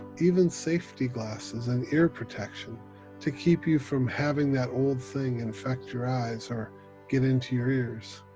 even safety glasses and ear protection to keep you from having that old thing infect your eyes or get into your ears.